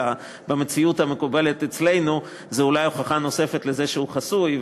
במציאות המקובלת אצלנו זו אולי הוכחה נוספת לזה שהוא חסוי,